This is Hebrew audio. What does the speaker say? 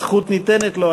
הזכות ניתנת לו,